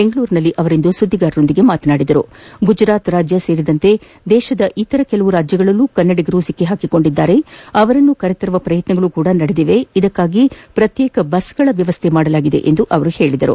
ಬೆಂಗಳೂರಿನಲ್ಲಿಂದು ಸುದ್ಗಿಗಾರರೊಂದಿಗೆ ಮಾತನಾಡಿದ ಅವರು ಗುಜರಾತ್ ಸೇರಿದಂತೆ ಇತರ ಕೆಲವು ರಾಜ್ಗಳಲ್ಲೂ ಕನ್ನಡಿಗರು ಸಿಲುಕಿಕೊಂಡಿದ್ದು ಅವರನ್ನು ಕರೆತರುವ ಪ್ರಯತ್ನಗಳು ಸಾಗಿದ್ದು ಇದಕ್ಕಾಗಿ ಪ್ರತ್ಯೇಕ ಬಸ್ಗಳ ವ್ಯವಸ್ಥೆ ಮಾಡಲಾಗಿದೆ ಎಂದರು